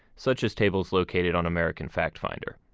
such as tables located on american factfinder.